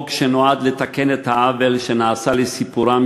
חוק שנועד לתקן את העוול שנעשה בסיפורם